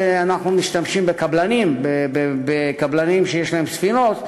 אנחנו משתמשים בקבלנים שיש להם ספינות,